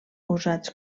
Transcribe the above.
usats